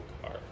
car